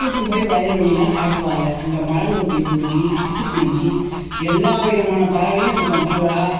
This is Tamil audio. கூப்ட்டுன்னு போய் வயல்வெளில்லாம் காட்டுவாங்க அங்கே மரங்கொத்தி குருவி சிட்டுக்குருவி எல்லா விதமான பறவையும் இருக்கும் புறா